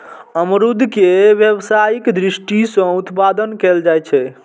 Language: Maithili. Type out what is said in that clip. अमरूद के व्यावसायिक दृषि सं उत्पादन कैल जाइ छै